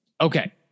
okay